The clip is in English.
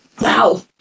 Wow